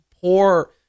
poor